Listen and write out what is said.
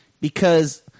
because-